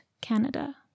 Canada